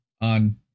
on